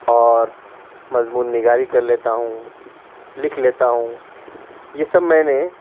اور مضمون نگاری کر لیتا ہوں لکھ لیتا ہوں یہ سب میں نے